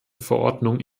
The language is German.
verordnung